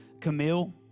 Camille